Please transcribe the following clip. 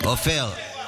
עופר,